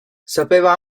sapeva